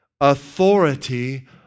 authority